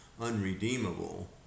unredeemable